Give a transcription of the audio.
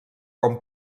com